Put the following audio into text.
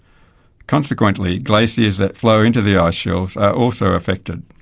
consequently glaciers that flow into the ice shelves are also affected.